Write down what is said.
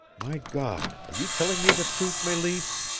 my god, are you telling me the truth, meleese?